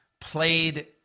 played